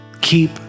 keep